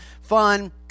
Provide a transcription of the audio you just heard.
fun